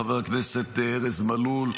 חבר הכנסת ארז מלול,